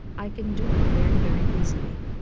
i can do it very, very easily.